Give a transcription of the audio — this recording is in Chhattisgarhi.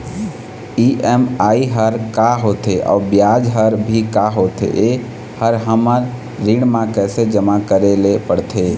ई.एम.आई हर का होथे अऊ ब्याज हर भी का होथे ये हर हमर ऋण मा कैसे जमा करे ले पड़ते?